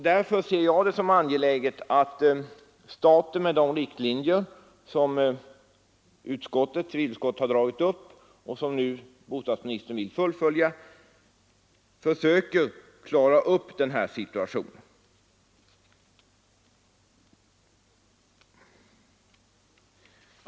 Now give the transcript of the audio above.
Därför ser jag det som angeläget att staten — med de riktlinjer som civilutskottet har dragit upp och bostadsministern nu vill fullfölja — försöker klara upp den här situationen.